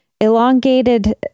elongated